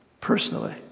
personally